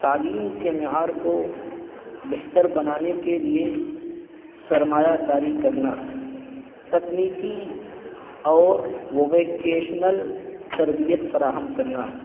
تعلیم کے معیار کو بہتر بنانے کے لیے سرمایہ کاری کرنا تکنیکی اور وویکیشنل تربیت فراہم کرنا